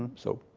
and so,